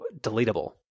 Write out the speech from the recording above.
deletable